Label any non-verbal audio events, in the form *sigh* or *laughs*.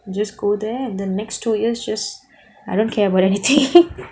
just go there and the next two years I don't care about anything *laughs*